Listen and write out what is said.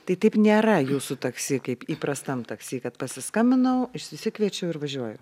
tai taip nėra jūsų taksi kaip įprastam taksi kad pasiskambinau išsikviečiau ir važiuoju